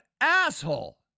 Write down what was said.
asshole